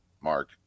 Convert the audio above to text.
Mark